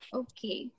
okay